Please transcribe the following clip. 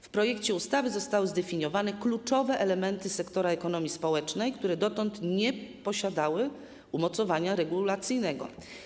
W projekcie ustawy zostały zdefiniowane kluczowe elementy sektora ekonomii społecznej, które dotąd nie posiadały umocowania regulacyjnego.